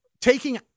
taking